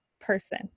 person